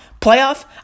Playoff